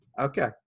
Okay